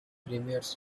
premieres